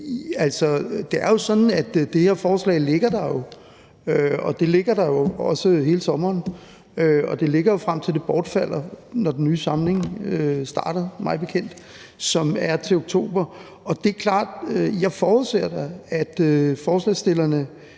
det her forslag ligger der. Det ligger der også hele sommeren, og det ligger der jo mig bekendt, frem til at det bortfalder, når den nye samling starter, som er til oktober. Og det er klart, at jeg da forudser, at forslagsstillerne